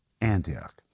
Antioch